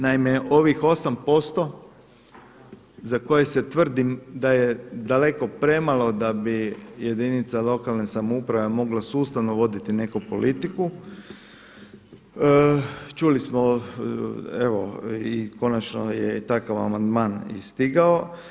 Naime ovih 8% za koje se tvrdim da je daleko premalo da bi jedinica lokalne samouprave mogla sustavno voditi neku politiku, čuli smo evo i konačno je i takav amandman i stigao.